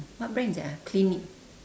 what brand is that ah clinique